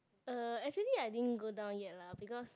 uh actually I didn't go down yet lah because